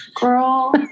Girl